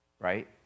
right